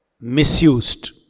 misused